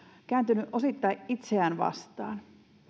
kääntynyt osittain itseään vastaan